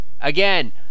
Again